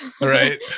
Right